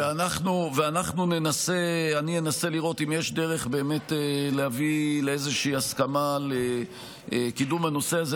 אני אנסה לראות אם יש דרך באמת להביא לאיזושהי הסכמה לקידום הנושא הזה.